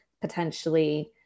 potentially